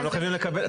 אתם לא חייבים לקבל.